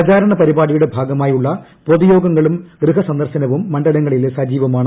പ്രചാ രണ പരിപാടിയുടെ ഭാഗമായുള്ള പൊതു യോഗങ്ങളും ഗൃഹ സന്ദർശനവും മണ്ഡലങ്ങളിൽ സജീവമാണ്